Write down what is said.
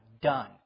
done